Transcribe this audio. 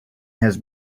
has